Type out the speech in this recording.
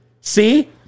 See